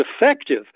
effective